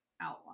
outline